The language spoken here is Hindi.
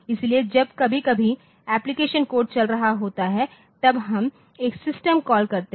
इसलिए जब कभी कभी एप्लिकेशन कोड चल रहा होता है तब हम एक सिस्टम कॉल करते हैं